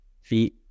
feet